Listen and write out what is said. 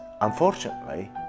unfortunately